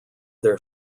their